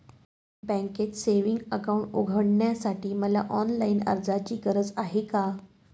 बँकेत savings account उघडण्यासाठी मला ऑनलाईन अर्जाची गरज आहे का?